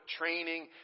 training